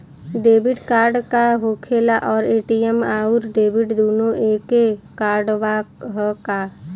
Debit card का होखेला और ए.टी.एम आउर डेबिट दुनों एके कार्डवा ह का?